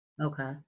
Okay